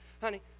honey